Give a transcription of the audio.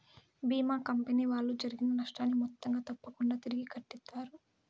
భీమా company వాళ్ళు జరిగిన నష్టాన్ని మొత్తంగా తప్పకుంగా తిరిగి కట్టిత్తారు